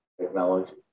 technology